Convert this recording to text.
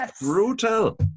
brutal